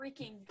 freaking